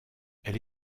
elle